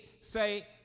say